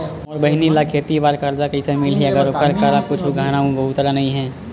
मोर बहिनी ला खेती बार कर्जा कइसे मिलहि, अगर ओकर करा कुछु गहना गउतरा नइ हे?